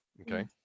okay